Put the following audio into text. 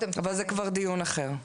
אבל זה כבר דיון אחר,